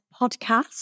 podcast